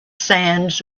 sands